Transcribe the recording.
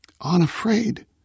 unafraid